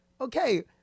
okay